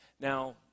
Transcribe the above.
Now